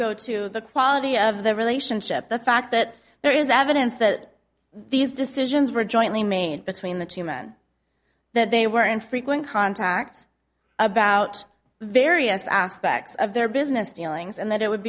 go to the quality of the relationship the fact that there is evidence that these decisions were jointly maint between the two men that they were in frequent contact about various aspects of their business dealings and that it would